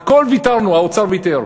על הכול האוצר ויתר.